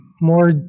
more